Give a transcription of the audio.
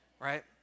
right